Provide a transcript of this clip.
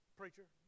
preacher